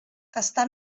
està